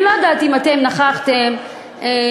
אני לא יודעת אם אתם קראתם את